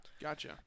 Gotcha